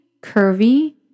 curvy